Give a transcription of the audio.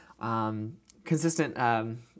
consistent